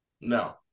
no